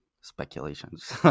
speculations